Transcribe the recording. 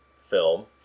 film